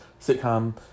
sitcom